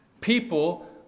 People